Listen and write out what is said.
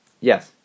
Yes